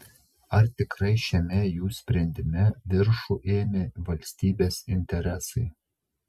ar tikrai šiame jų sprendime viršų ėmė valstybės interesai